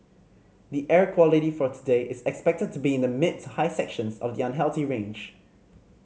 the air quality for today is expected to be in the mid to high sections of the unhealthy range